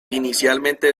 inicialmente